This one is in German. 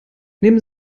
neben